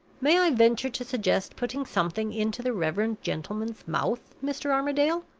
may i venture to suggest putting something into the reverend gentleman's mouth, mr. armadale?